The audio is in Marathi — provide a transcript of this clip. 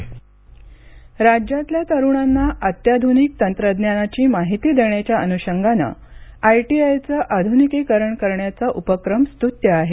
आयटीआय राज्यातील तरुणांना अत्याध्रनिक तंत्रज्ञानाची माहिती देण्याच्या अनुषंगाने आयटीआयचे आध्रनिकीकरण करण्याचा उपक्रम स्तुत्य आहे